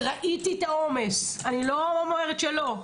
ראיתי את העומס, אני לא אומרת שלא.